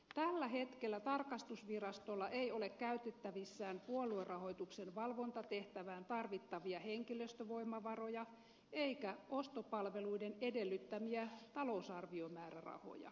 tällä hetkellä tarkastusvirastolla ei ole käytettävissään puoluerahoituksen valvontatehtävään tarvittavia henkilöstövoimavaroja eikä ostopalveluiden edellyttämiä talousarviomäärärahoja